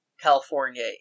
California